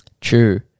True